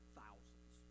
thousands